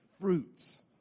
fruits